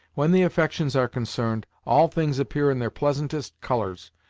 when the affections are concerned, all things appear in their pleasantest colors,